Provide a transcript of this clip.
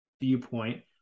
viewpoint